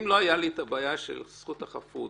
אם לא הייתה לי הבעיה של זכות החפות,